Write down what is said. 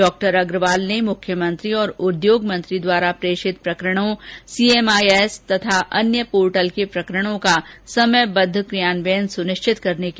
डॉ अग्रवाल ने मुख्यमंत्री व उद्योग मंत्री द्वारा प्रेषित प्रकरणों सीएमआईएस तथा अन्य पोर्टल के प्रकरणों का समयवद्व क्रियान्वयन सुनिश्चित करने के निर्देश दिए